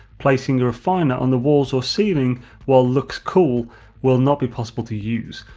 placing a refiner on the walls or ceiling while looks cool will not be possible to use,